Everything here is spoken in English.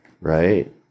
right